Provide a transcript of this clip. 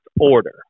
order